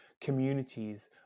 communities